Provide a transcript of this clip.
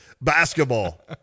basketball